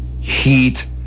heat